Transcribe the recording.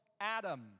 Adam